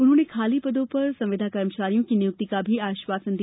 उन्होंने खाली पदों पर संविदाकर्मियों की नियुक्ति का भी आश्वासन दिया